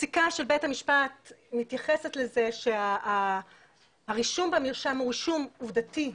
הפסיקה של בית המשפט מתייחסת לזה שהרישום במרשם הוא רישום עובדתי.